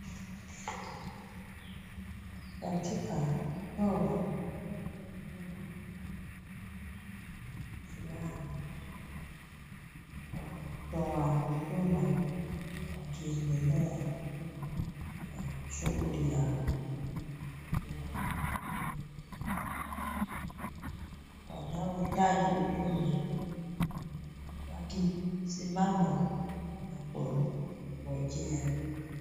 Katika kutoa huduma fulani, watoa huduma wakiendelea na shughuli yao ya kutoa huduma. Wanaohitaji huduma wakisimama na kuongojea.